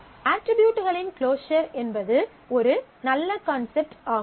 அட்ரிபியூட்களின் க்ளோஸர் என்பது ஒரு நல்ல கான்செப்ட் ஆகும்